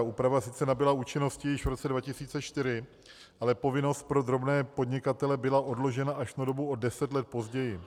Úprava sice nabyla účinnosti již v roce 2004, ale povinnost pro drobné podnikatele byla odložena až na dobu o deset let později.